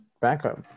backup